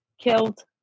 killed